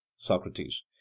Socrates